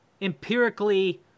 empirically